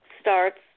starts